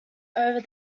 over